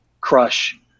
crush –